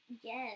Yes